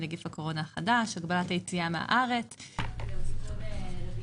נגיף הקורונה החדש (הוראת שעה) (הגבלת היציאה מישראל) (תיקון מס' 4),